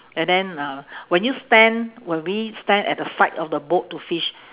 and then uh when you stand when we stand at the side of the boat to fish